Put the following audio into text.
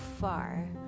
far